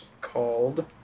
called